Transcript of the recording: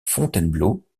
fontainebleau